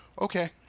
Okay